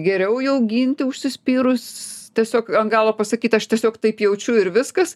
geriau jau ginti užsispyrus tiesiog ant galo pasakyti aš tiesiog taip jaučiu ir viskas